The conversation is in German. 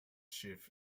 schiff